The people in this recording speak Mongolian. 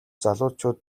залуучууд